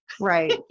Right